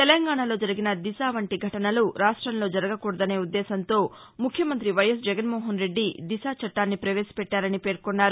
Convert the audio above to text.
తెలంగాణలో జరిగిన దిశ వంటి ఘటనలు రాష్టంలో జరగకూడదనే ఉద్దేశంతో ముఖ్యమంత్రి వైఎస్ జగన్మోహన్రెడ్డి దిశ చట్టాన్ని పవేశపెట్టారని పేర్కొన్నారు